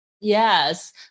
Yes